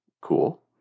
cool